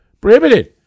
Prohibited